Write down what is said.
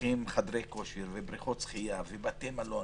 ופותחים חדרי כושר ובריכות שחייה ובתי מלון